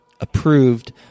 approved